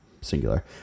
singular